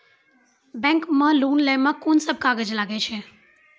Bank मे loan लै मे कोन सब कागज लागै छै?